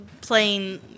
playing